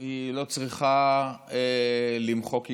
לא צריכה למחוק היגיון,